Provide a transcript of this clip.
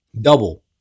Double